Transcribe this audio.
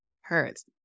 Hurts